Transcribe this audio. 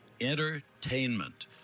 Entertainment